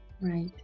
Right